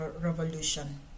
revolution